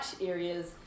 areas